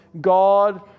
God